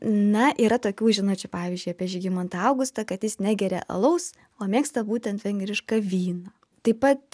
na yra tokių žinučių pavyzdžiui apie žygimantą augustą kad jis negeria alaus o mėgsta būtent vengrišką vyną taip pat